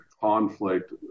conflict